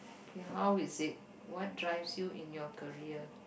K how is it what drives you in your career